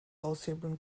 aushebeln